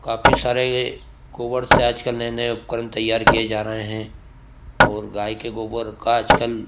काफी सारे गोबर से आज कल नए नए उपकरण तैयार किये जा रहे हैं और गाय के गोबार का आज कल